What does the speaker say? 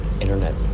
internet